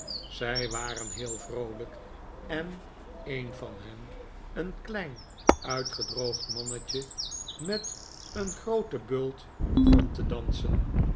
zij waren heel vroolijk en een van hen een klein uitgedroogd mannetje met een grooten bult begon te dansen